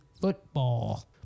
football